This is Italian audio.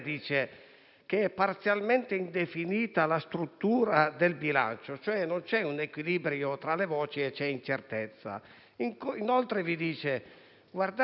che è parzialmente indefinita la struttura del bilancio: non c'è un equilibrio tra le voci e c'è incertezza. Inoltre, gli 88,5 miliardi del